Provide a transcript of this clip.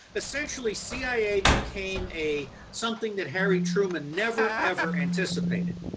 essentially cia became a, something that harry truman never, ever anticipated.